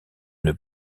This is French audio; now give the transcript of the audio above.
une